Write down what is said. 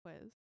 quiz